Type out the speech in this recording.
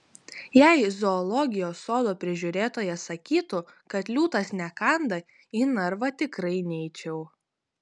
jei zoologijos sodo prižiūrėtojas sakytų kad liūtas nekanda į narvą tikrai neičiau